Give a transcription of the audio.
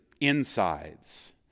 insides